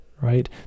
right